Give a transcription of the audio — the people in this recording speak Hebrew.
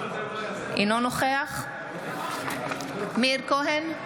אינו נוכח מאיר כהן,